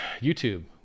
YouTube